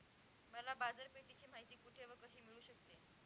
मला बाजारपेठेची माहिती कुठे व कशी मिळू शकते?